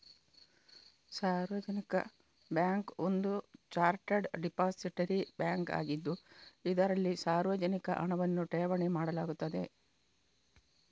ಸಾರ್ವಜನಿಕ ಬ್ಯಾಂಕ್ ಒಂದು chartered depository bank ಆಗಿದ್ದು, ಇದರಲ್ಲಿ ಸಾರ್ವಜನಿಕ ಹಣವನ್ನು ಠೇವಣಿ ಮಾಡಲಾಗುತ್ತದೆ